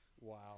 Wow